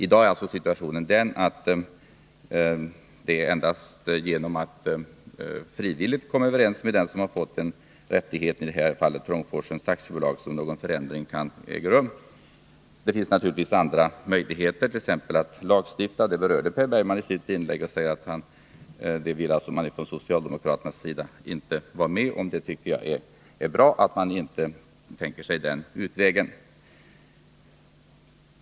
I dag är alltså situationen den att det endast är genom att frivilligt komma överens med den som har fått rättigheten — i det här fallet Trångfors AB — som någon förändring kan äga rum. Det finns naturligtvis även andra möjligheter, t.ex. att lagstifta. Den möjligheten berörde Per Bergman i sitt inlägg men sade att socialdemokraterna inte vill vara med om att lagstifta. Jag tycker det är bra att man inte tänker sig den utvägen.